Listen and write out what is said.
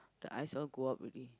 the eyes all go up already